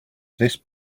this